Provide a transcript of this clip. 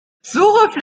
suche